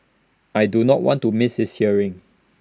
I do not want to misses hearing